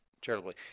charitably